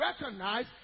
recognize